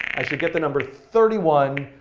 i should get the number thirty one,